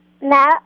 No